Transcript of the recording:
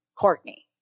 Courtney